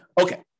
Okay